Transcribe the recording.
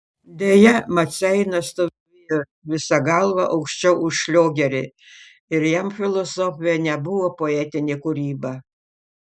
deja maceina stovėjo visa galva aukščiau už šliogerį ir jam filosofija nebuvo poetinė kūryba